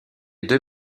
deux